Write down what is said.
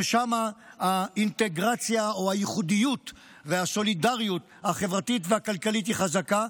ששם האינטגרציה או הייחודיות והסולידריות החברתית והכלכלית היא חזקה,